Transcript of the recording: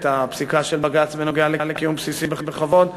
הפסיקה של בג"ץ בנוגע לקיום בסיסי בכבוד,